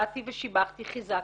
באתי ושיבחתי, חיזקתי,